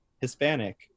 hispanic